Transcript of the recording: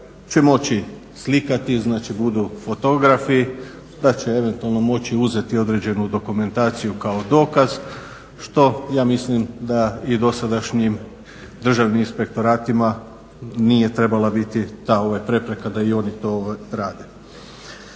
će moći slikati, znači budu fotografi, da će eventualno moći uzeti određenu dokumentaciju kao dokaz što ja mislim da i dosadašnjim državnim inspektoratima nije trebala biti ta prepreka da i oni to rade.